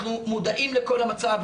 אנחנו מודעים לכל המצב,